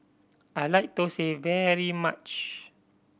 I like thosai very much